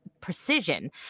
precision